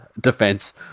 defense